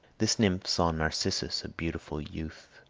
this nymph saw narcissus, a beautiful youth,